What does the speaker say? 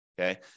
okay